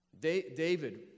david